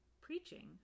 Preaching